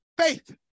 faith